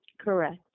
Correct